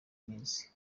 minsi